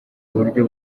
buryo